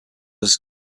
was